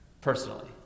personally